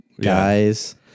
guys